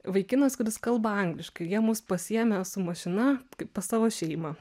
vaikinas kuris kalba angliškai jie mus pasiėmė su mašina kaip pas savo šeimą